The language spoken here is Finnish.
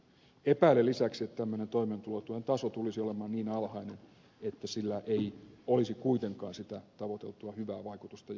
epäilen lisäksi että tämmöinen toimeentulotuen taso tulisi olemaan niin alhainen että sillä ei olisi kuitenkaan sitä tavoiteltua hyvää vaikutusta johon täällä on viitattu